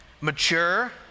mature